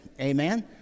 amen